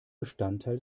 bestandteil